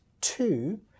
two